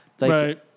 Right